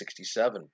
1967